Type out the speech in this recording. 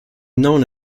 known